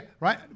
right